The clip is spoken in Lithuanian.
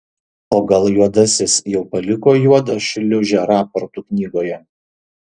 o gal juodasis jau paliko juodą šliūžę raportų knygoje